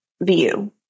view